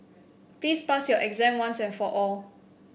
please pass your exam once and for all